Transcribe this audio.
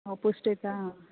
हो पोस्ट येता